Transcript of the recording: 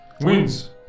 Wins